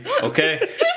okay